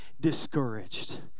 discouraged